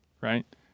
right